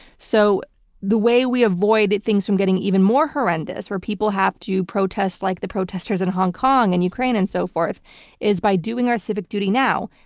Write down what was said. so the way we avoid things from getting even more horrendous where people have to protest like the protesters in hong kong and ukraine and so forth is by doing our civic duty. now,